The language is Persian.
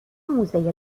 موزه